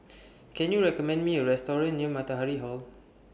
Can YOU recommend Me A Restaurant near Matahari Hall